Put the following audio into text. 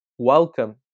Welcome